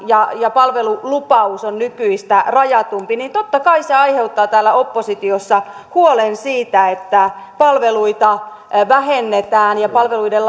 ja ja palvelulupaus on nykyistä rajatumpi niin totta kai se aiheuttaa täällä oppositiossa huolen siitä että palveluita vähennetään ja palveluiden